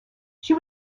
she